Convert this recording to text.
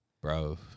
bro